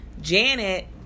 Janet